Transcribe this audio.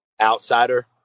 outsider